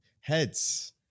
Heads